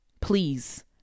Please